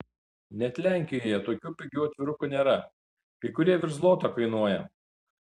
net lenkijoje tokių pigių atvirukų nėra kai kurie virš zloto kainuoja